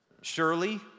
Surely